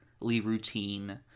routine